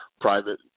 private